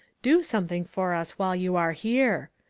do some thing for us while you are here.